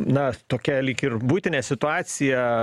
na tokią lyg ir buitinę situaciją